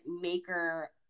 maker